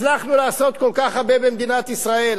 הצלחנו לעשות כל כך הרבה במדינת ישראל,